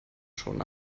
schon